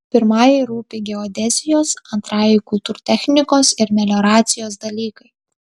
pirmajai rūpi geodezijos antrajai kultūrtechnikos ir melioracijos dalykai